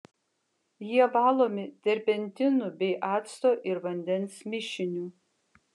jie valomi terpentinu bei acto ir vandens mišiniu